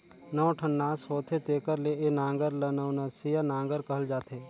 नौ ठन नास होथे तेकर ले ए नांगर ल नवनसिया नागर कहल जाथे